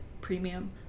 premium